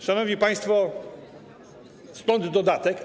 Szanowni państwo, stąd dodatek.